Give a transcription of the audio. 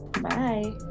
Bye